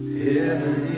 Heaven